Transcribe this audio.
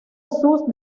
sus